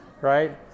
right